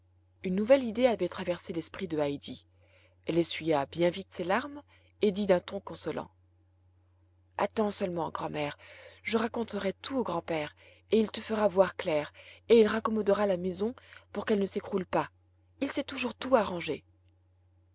une nouvelle idée avait traversé l'esprit de heidi elle essuya bien vite ses larmes et dit d'un ton consolant attends seulement grand'mère je raconterai tout au grand-père et il te fera voir clair et il raccommodera la maison pour qu'elle ne s'écroule pas il sait toujours tout arranger